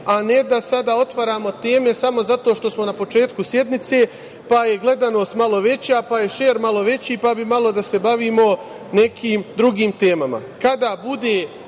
a ne da sada otvaramo teme samo zato što smo na početku sednice, pa je gledanost malao veća, pa je šer malo veći, pa bi malo da se bavimo nekim drugim temama.